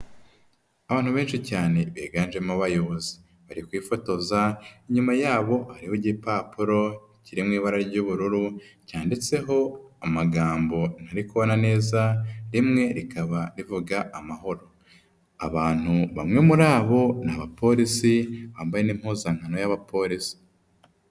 Abantu benshi cyane biganjemo abayobozi bari kwifotoza inyuma yabo hariho igipapuro kiri mu ibara ry'ubururu cyanditseho amagambo ntari kubona neza rimwe rikaba rivuga amahoro, abantu bamwe muri bo ni abapolisi bambaye n'impuzankano y'abapolisi.